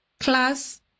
class